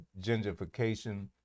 gentrification